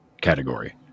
category